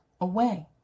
away